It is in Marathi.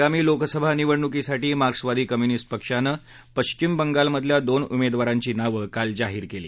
आगामी लोकसभा निवडणुकीसाठी मार्क्सवादी कम्युनिस्त्रापक्षानं पक्षिम बंगालमधल्या दोन उमेदवारांची नावं काल जाहीर केली